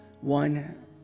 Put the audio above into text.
one